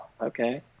okay